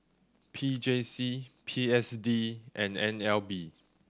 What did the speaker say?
P J C P S D and N L B